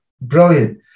Brilliant